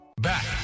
Back